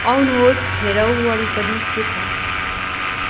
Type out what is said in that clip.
आउनुहोस् हेरौँ वरिपरि के छ